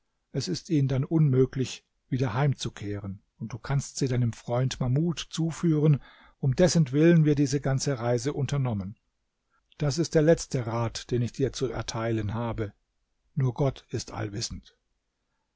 es ist ihnen dann unmöglich wieder heimzukehren und du kannst sie deinem freund mahmud zuführen um dessentwillen wir diese ganze reise unternommen das ist der letzte rat den ich dir zu erteilen habe nur gott ist allwissend